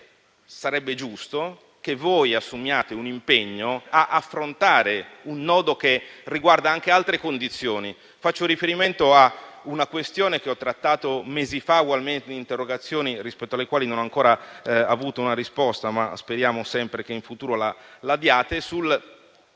sarebbe giusto che voi assumiate l'impegno di affrontare un nodo che riguarda anche altre condizioni. Faccio riferimento a una questione che ho trattato mesi fa, in interrogazioni rispetto alle quali non ho ancora avuto una risposta (ma speriamo sempre che in futuro la diate) sul